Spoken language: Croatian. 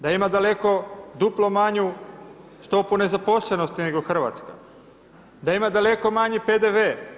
Da ima daleko duplo manju stopu nezaposlenosti nego Hrvatska, da ima daleko manji PDV.